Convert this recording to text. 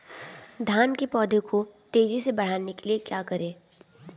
धान के पौधे को तेजी से बढ़ाने के लिए क्या करें?